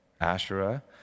Asherah